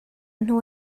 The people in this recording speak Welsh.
nhw